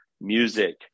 music